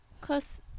cause